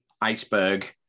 iceberg